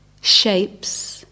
shapes